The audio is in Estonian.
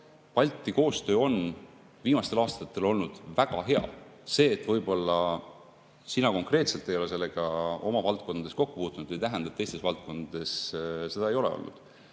Balti koostöö on viimastel aastatel olnud väga hea. See, et võib-olla sina konkreetselt ei ole sellega oma valdkondades kokku puutunud, ei tähenda, et teistes valdkondades seda ei ole olnud.